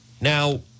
now